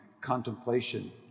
contemplation